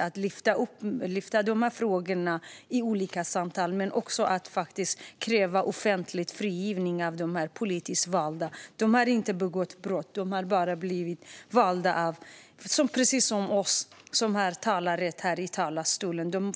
att lyfta upp dessa frågor i olika samtal men också att offentligt kräva frigivning av dessa politiskt valda personer. De har inte begått brott. De har precis som vi blivit valda och ska ha rätt att tala i talarstolen.